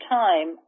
time